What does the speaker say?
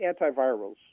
antivirals